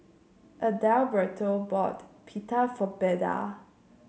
Adalberto bought Pita for Beda